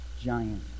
giant